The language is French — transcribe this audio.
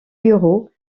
bureaux